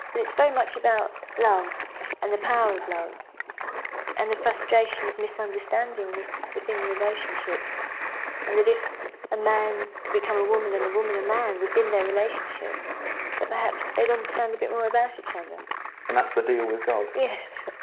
it's very much about love you know and the power of love and the frustration of misunderstanding between relationships and that if a man can become a woman and a woman a man within their relationship that perhaps they understand a bit more about each other and that's the deal with god. yes.